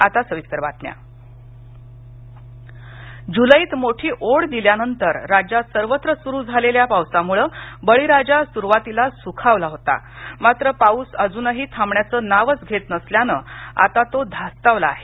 पाऊस राज्य जुलैत मोठी ओढ दिल्यानंतर राज्यात सर्वत्र सुरू झालेल्या पावसामुळे बळीराजा सुरूवातीला सुखावला होता मात्र पाऊस अजूनही थांबण्याचं नावच घेत नसल्यानं आता तो धास्तावला आहे